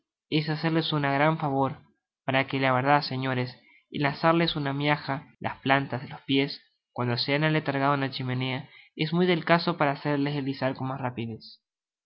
es hacerles un gran favor por que á la verdad señores el asarles una miaja las plantas de los pies cuando se han aletargado en la chimenea es muy del caso para hacerles deslizar con